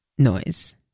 noise